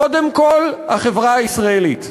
קודם כול החברה הישראלית.